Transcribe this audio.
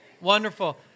Wonderful